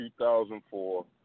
2004